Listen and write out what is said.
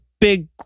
big